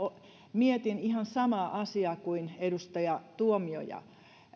mietin ihan samaa asiaa kuin edustaja tuomioja